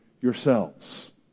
yourselves